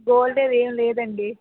gold అవేం లేదండీ